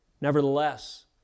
Nevertheless